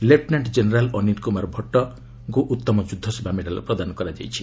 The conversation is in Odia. ଲେଫ୍ଟନାଣ୍ଟ ଜେନେରାଲ ଅନୀଲ କୁମାର ଭଟ୍ଟଙ୍କୁ ଉତ୍ତମ ଯୁଦ୍ଧସେବା ମେଡ଼ାଲ ପ୍ରଦାନ କରାଯାଇଛି